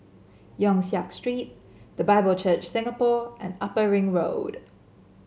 Yong Siak Street The Bible Church Singapore and Upper Ring Road